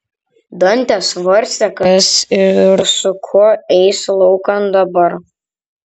dantė svarstė kas ir su kuo eis laukan dabar